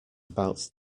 about